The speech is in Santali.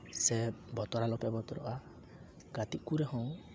ᱥᱮ ᱵᱚᱛᱚᱨ ᱟᱞᱚᱯᱮ ᱵᱚᱛᱚᱨᱚᱜᱼᱟ ᱜᱟᱛᱮᱜ ᱠᱚᱨᱮ ᱦᱚᱸ